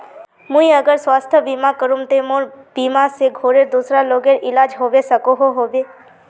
मुई अगर स्वास्थ्य बीमा करूम ते मोर बीमा से घोरेर दूसरा लोगेर इलाज होबे सकोहो होबे?